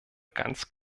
ganz